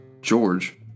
George